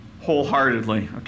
wholeheartedly